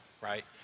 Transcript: right